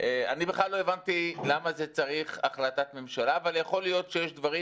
אני בכלל לא הבנתי למה זה צריך החלטת ממשלה אבל יכול להיות שיש דברים